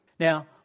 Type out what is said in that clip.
Now